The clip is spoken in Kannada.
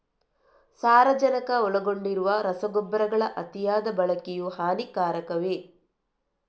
ಸಾರಜನಕ ಒಳಗೊಂಡಿರುವ ರಸಗೊಬ್ಬರಗಳ ಅತಿಯಾದ ಬಳಕೆಯು ಹಾನಿಕಾರಕವೇ?